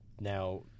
now